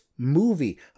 Movie